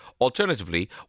Alternatively